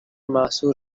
محصور